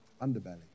underbelly